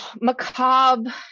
macabre